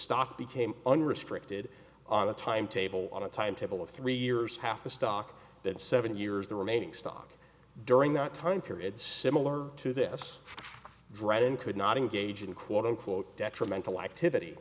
stock became unrestricted on a timetable on a timetable of three years half the stock that seven years the remaining stock during that time period similar to this drag in could not engage in quote unquote detrimental activity